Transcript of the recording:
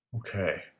Okay